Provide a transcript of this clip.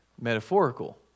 metaphorical